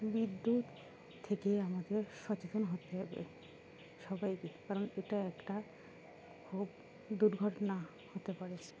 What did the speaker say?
বিদ্যুৎ থেকে আমাদের সচেতন হতে হবে সবাইকে কারণ এটা একটা খুব দুর্ঘটনা হতে পারে